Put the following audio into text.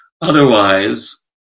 Otherwise